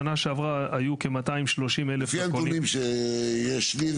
בשנה שעברה היו כ-230,000 דרכונים --- לפי הנתונים שיש לי,